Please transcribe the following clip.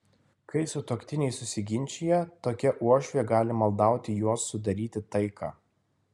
kai sutuoktiniai susiginčija tokia uošvė gali maldauti juos sudaryti taiką